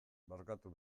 barkatu